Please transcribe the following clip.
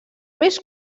més